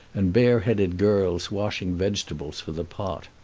and bareheaded girls washing vegetables for the pot.